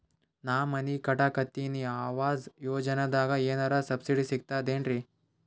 ನಾ ಮನಿ ಕಟಕತಿನಿ ಆವಾಸ್ ಯೋಜನದಾಗ ಏನರ ಸಬ್ಸಿಡಿ ಸಿಗ್ತದೇನ್ರಿ?